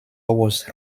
was